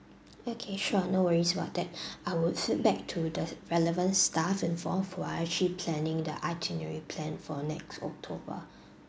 okay sure no worries about that I would feedback to the relevant staff and for who are actually planning the itinerary plan for next october